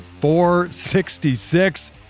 466